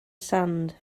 sand